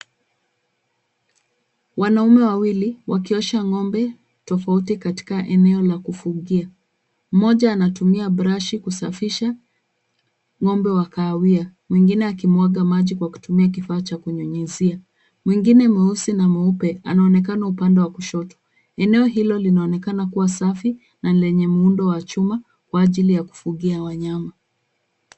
Wanaume wawili wakiosha ng'ombe tofauti katika eneo la kufugia. Mmoja anatumia [cs[brashi kusafisha ng'ombe wa kahawia, mwingine akimwaga maji kwa kutumia kifaa cha kunyinyizia. Mwingine mweusi na mweupe anaonekana upande wa kushoto. Eneo hilo linaonekana kuwa safi na lenye muundo wa chuma kwa ajili ya kufugia wanyama.